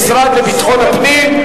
משרד הפנים,